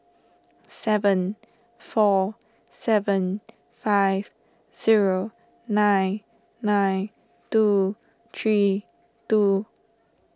seven four seven five zero nine nine two three two